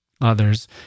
Others